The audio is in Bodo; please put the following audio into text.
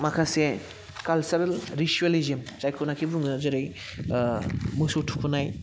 माखासे कालसारेल रिसुयेलिजम जायखौनाखि बुङो जेरै मोसौ थुखैनाय